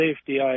safety